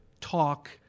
talk